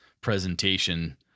presentation